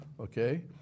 okay